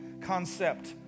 concept